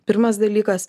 pirmas dalykas